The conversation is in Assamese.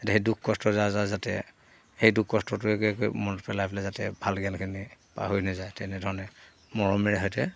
সেই দুখ কষ্ট যাৰ যাৰ যাতে সেই দুখ কষ্টটোৱেগৈ মনত পেলাই পেলে যাতে ভাল জ্ঞানখিনি পাহৰি নাযায় তেনেধৰণে মৰমেৰে সৈতে